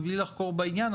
מבלי לחקור בעניין,